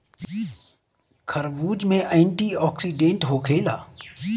खरबूज में एंटीओक्सिडेंट होखेला